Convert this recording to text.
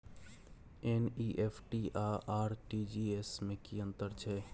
NEFT आ RTGS में की अन्तर छै?